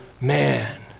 man